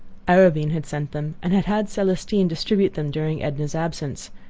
arobin had sent them, and had had celestine distribute them during edna's absence.